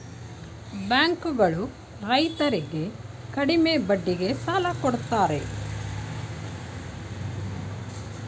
bank ಗಳು ರೈತರರ್ಗೆ ಕಡಿಮೆ ಬಡ್ಡಿಗೆ ಸಾಲ ಕೊಡ್ತಾರೆ